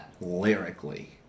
Lyrically